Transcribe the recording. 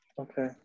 okay